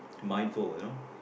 mindful you know